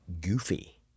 Goofy